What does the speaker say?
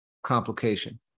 complication